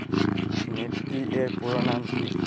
Nifty এর পুরোনাম কী?